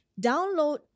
download